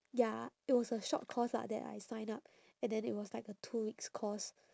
ya it was a short course ah that I sign up and then it was like a two weeks course